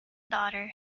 daughter